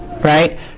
Right